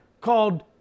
called